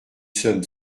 sommes